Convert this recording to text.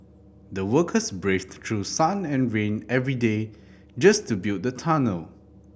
the workers braved through sun and rain every day just to build the tunnel